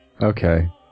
Okay